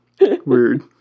Weird